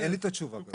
אין לי את התשובה כרגע.